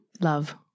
Love